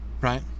Right